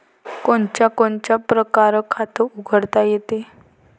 कोनच्या कोनच्या परकारं खात उघडता येते?